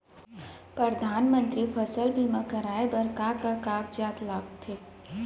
परधानमंतरी फसल बीमा कराये बर का का कागजात लगथे?